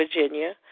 Virginia